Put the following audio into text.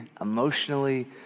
emotionally